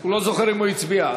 לא זוכר אם הצבעתי.